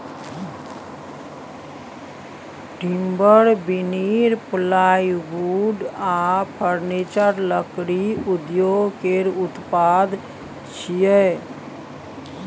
timber, veneer, plywood आ furniture लकड़ी उद्योग केर उत्पाद छियै